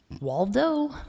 Waldo